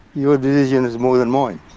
your decision is more than mine.